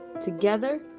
Together